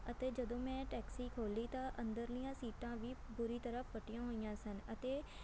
ਅਤੇ ਜਦੋਂ ਮੈਂ ਟੈਕਸੀ ਖੋਲ੍ਹੀ ਤਾਂ ਅੰਦਰਲੀਆਂ ਸੀਟਾਂ ਵੀ ਬੁਰੀ ਤਰ੍ਹਾਂ ਫਟੀਆਂ ਹੋਈਆਂ ਸਨ ਅਤੇ